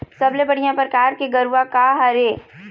सबले बढ़िया परकार के गरवा का हर ये?